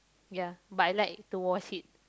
ya but I like to wash it